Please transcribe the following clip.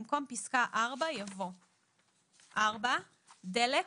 במקום פסקה (4) יבוא - "(4) דלק,